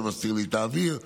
זה מסתיר לי את האוויר וכו'.